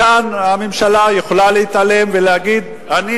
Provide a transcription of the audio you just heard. כאן הממשלה יכולה להתעלם ולהגיד: אני